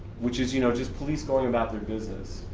which is you know just police going about their business,